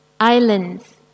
Islands